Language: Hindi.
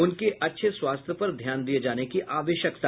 उनके अच्छे स्वास्थ्य पर ध्यान दिये जाने की आवश्यकता